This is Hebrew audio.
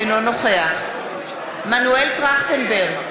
אינו נוכח מנואל טרכטנברג,